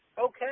okay